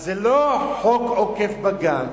אז זה לא חוק עוקף בג"ץ,